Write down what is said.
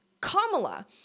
Kamala